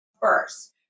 first